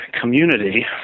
community